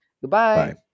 Goodbye